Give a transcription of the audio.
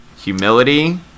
humility